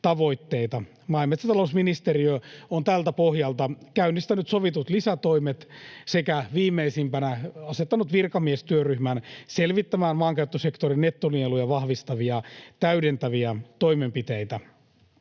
ja metsätalousministeriö on tältä pohjalta käynnistänyt sovitut lisätoimet sekä viimeisimpänä asettanut virkamiestyöryhmän selvittämään maankäyttösektorin nettonieluja vahvistavia täydentäviä toimenpiteitä.